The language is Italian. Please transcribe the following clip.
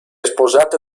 sposata